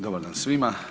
Dobar dan svima.